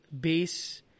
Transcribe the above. base